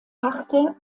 harte